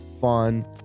fun